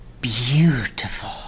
beautiful